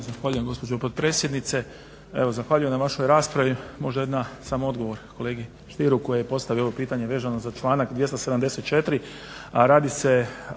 Zahvaljujem gospođo potpredsjednice. Zahvaljujem na vašoj raspravi. Možda jedan samo odgovor kolegi Stieru koji je postavio ovo pitanje vezano za članak 274., a radi se